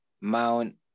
Mount